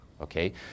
okay